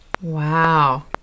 Wow